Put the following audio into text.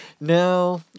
no